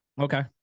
Okay